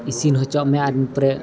ᱤᱥᱤᱱ ᱦᱚᱪᱚᱣᱟᱜ ᱢᱮ ᱤᱱᱟᱹ ᱯᱚᱨᱮ